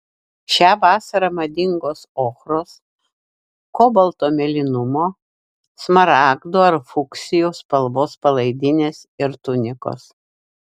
šią vasarą madingos ochros kobalto mėlynumo smaragdų ar fuksijų spalvos palaidinės ir tunikos